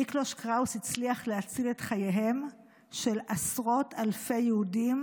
מיקלוש קראוס הצליח להציל את חייהם של עשרות אלפי יהודים,